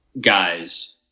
guys